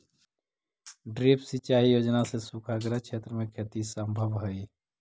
drip सिंचाई योजना से सूखाग्रस्त क्षेत्र में खेती सम्भव हइ